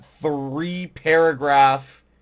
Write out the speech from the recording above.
three-paragraph